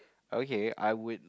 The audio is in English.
oh okay I would